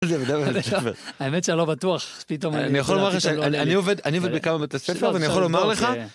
האמת שלא בטוח פתאום אני יכול לומר לך שאני עובד אני עובד בכמה בתי ספר ואני יכול לומר לך.